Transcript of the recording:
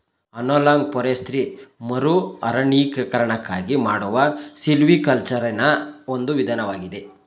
analog forestry ಮರುಅರಣ್ಯೀಕರಣಕ್ಕಾಗಿ ಮಾಡುವ ಸಿಲ್ವಿಕಲ್ಚರೆನಾ ಒಂದು ವಿಧಾನವಾಗಿದೆ